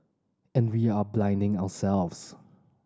and we are blinding ourselves